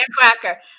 firecracker